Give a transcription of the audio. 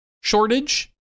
shortage